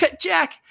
Jack